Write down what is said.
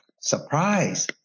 Surprise